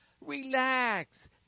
relax